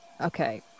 Okay